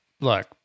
look